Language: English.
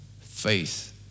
Faith